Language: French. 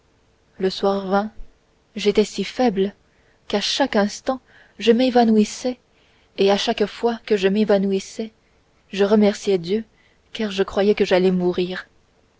le soir vint j'étais si faible qu'à chaque instant je m'évanouissais et à chaque fois que je m'évanouissais je remerciais dieu car je croyais que j'allais mourir